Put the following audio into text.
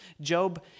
job